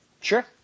Sure